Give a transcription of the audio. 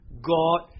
God